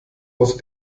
aus